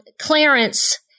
Clarence